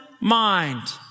mind